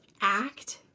act